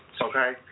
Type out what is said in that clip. Okay